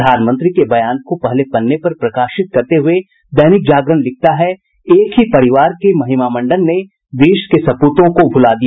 प्रधानमंत्री के बयान को पहले पन्ने पर प्रकाशित करते हुये दैनिक जागरण लिखता है एक ही परिवार के महिमामंडन ने देश के सपूतों को भुला दिया